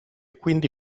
quindi